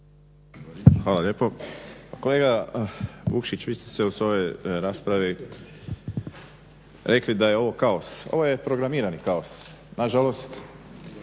Hvala lijepo. Kolega Vukšić, vi ste se u svojoj raspravi rekli da je ovo kaos. Ovo je programirani kaos, na žalost